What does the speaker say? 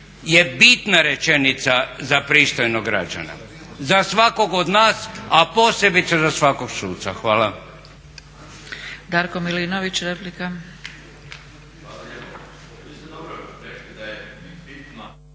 je bitna rečenica za pristojnog građana, za svakog od nas, a posebice za svakog suca. Hvala. **Zgrebec, Dragica